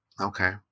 Okay